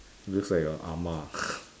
looks like your ah-ma